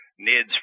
NIDS